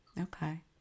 Okay